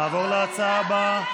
נעבור להצעה הבאה,